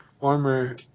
former